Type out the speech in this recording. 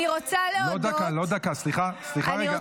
אני רוצה להודות --- לא דקה, סליחה, רגע.